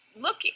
Look